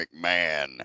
McMahon